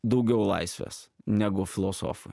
daugiau laisvės negu filosofui